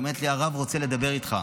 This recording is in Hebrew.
היא אמרה: הרב רוצה לדבר איתך.